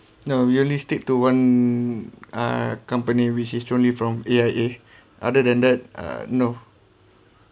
no we only stick to one uh company which is only from A_I_A other than that uh no